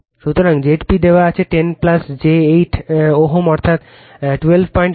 সুতরাং Zp দেওয়া হয়েছে 10 j 8 Ω অর্থাৎ 1281 কোণ 3866o